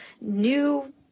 new